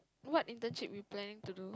what internship you planning to do